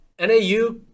NAU –